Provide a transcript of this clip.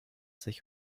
sich